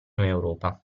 europa